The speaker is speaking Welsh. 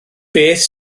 beth